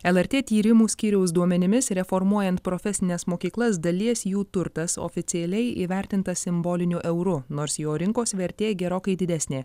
lrt tyrimų skyriaus duomenimis reformuojant profesines mokyklas dalies jų turtas oficialiai įvertintas simboliniu euru nors jo rinkos vertė gerokai didesnė